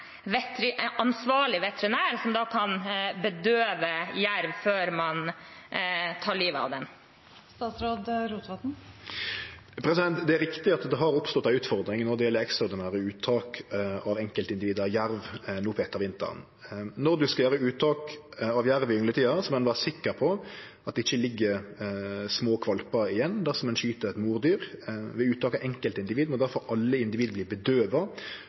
veterinær, som kan bedøve en jerv før man tar livet av den? Det er rett at det har oppstått ei utfordring når det gjeld ekstraordinære uttak av enkeltindivid av jerv no på ettervinteren. Når ein skal gjere uttak av jerv i yngletida, må ein vere sikker på at ikkje det ligg små kvalpar igjen dersom ein skyt eit mordyr. Ved uttak av enkeltindivid må difor alle individ